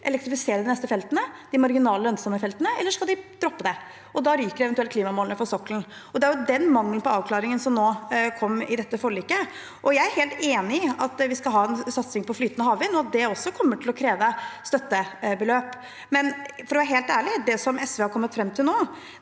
elektrifisere de neste, marginalt lønnsomme feltene, eller skal de droppe det? Da ryker eventuelt klimamålet for sokkelen. Det er den mangelen på avklaring som nå kom i dette forliket. Jeg er helt enig i at vi skal ha en satsing på flytende havvind, og at det også kommer til å kreve støttebeløp, men for å være helt ærlig: Det SV er kommet fram til nå,